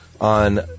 on